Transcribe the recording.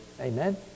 Amen